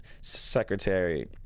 secretary